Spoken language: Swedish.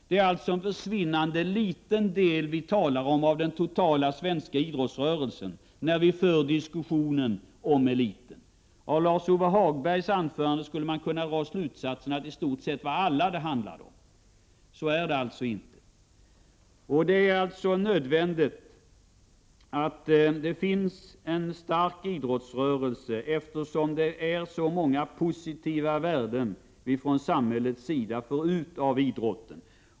Det är alltså en försvinnande liten del av hela den svenska idrottsrörelsen som vi talar om då vi för diskussionen om eliten. Av Lars-Ove Hagbergs framförande skulle man kunna dra slutsatsen att det handlar om i stort sett alla idrottsutövare. Så är det alltså inte. Det är nödvändigt att vi har en stark idrottsrörelse, eftersom samhället får ut så många positiva värden av idrotten.